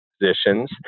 positions